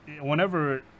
whenever